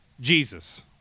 Jesus